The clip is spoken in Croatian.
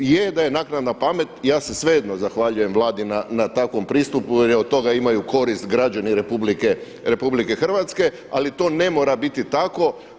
Je da je naknadna pamet, ja se svejedno zahvaljujem Vladi na takvom pristupu jer od toga imaju korist građani RH ali to ne mora biti tako.